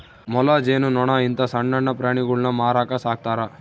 ಮೊಲ, ಜೇನು ನೊಣ ಇಂತ ಸಣ್ಣಣ್ಣ ಪ್ರಾಣಿಗುಳ್ನ ಮಾರಕ ಸಾಕ್ತರಾ